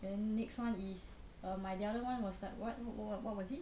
then next one is err my the other one was like what what what was it